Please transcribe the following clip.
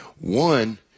One